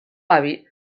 avi